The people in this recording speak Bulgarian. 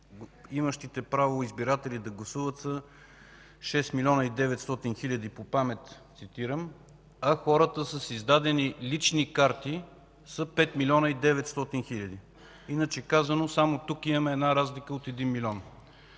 имащите право избиратели да гласуват са 6 млн. 900 хил. – по памет цитирам. Хората с издадени лични карти са 5 млн. 900 хил. Иначе казано, само тук имаме разлика от 1 милион.